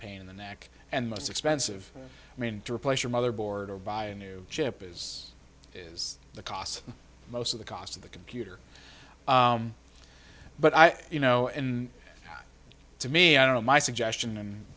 pain in the neck and most expensive i mean to replace your motherboard or buy a new chip is is the cost most of the cost of the computer but i you know and to me i don't know my suggestion